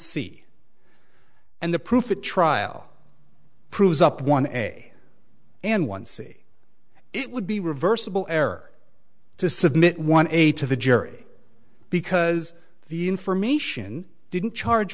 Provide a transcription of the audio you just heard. see and the proof at trial proves up one day and one c it would be reversible error to submit one aide to the jury because the information didn't charge